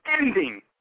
ending